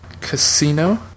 Casino